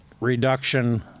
reduction